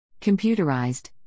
computerized